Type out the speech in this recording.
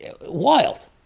wild